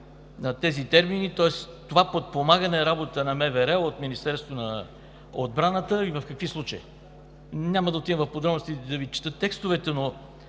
тези термини, тоест това подпомагане работата на МВР от Министерството на отбраната и в какви случаи. Няма да отивам в подробности да Ви чета текстовете, но